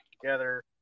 together